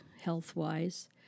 health-wise